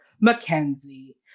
Mackenzie